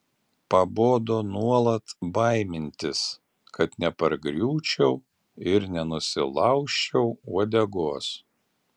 pabodo nuolat baimintis kad nepargriūčiau ir nenusilaužčiau uodegos